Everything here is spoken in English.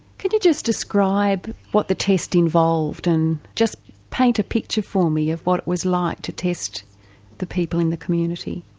can you just describe what the test involved and just paint a picture for me of what it was like to test the people in the community?